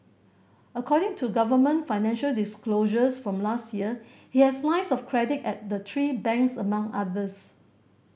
according to government financial disclosures from last year he has lines of credit at the three banks among others